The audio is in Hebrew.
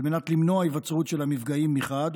על מנת למנוע היווצרות של המפגעים מחד גיסא,